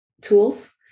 tools